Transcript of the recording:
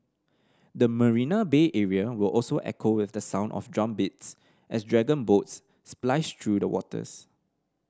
the Marina Bay area will also echo with the sound of drumbeats as dragon boats splice through the waters